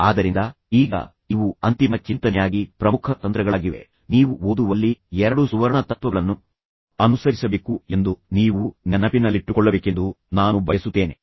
ಆದ್ದರಿಂದ ಈಗ ಇವು ಅಂತಿಮ ಚಿಂತನೆಯಾಗಿ ಪ್ರಮುಖ ತಂತ್ರಗಳಾಗಿವೆ ನೀವು ಓದುವಲ್ಲಿ ಎರಡು ಸುವರ್ಣ ತತ್ವಗಳನ್ನು ಅನುಸರಿಸಬೇಕು ಎಂದು ನೀವು ನೆನಪಿನಲ್ಲಿಟ್ಟುಕೊಳ್ಳಬೇಕೆಂದು ನಾನು ಬಯಸುತ್ತೇನೆ